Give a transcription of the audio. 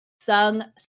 sung